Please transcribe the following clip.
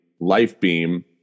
Lifebeam